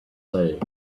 saying